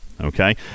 Okay